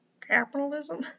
capitalism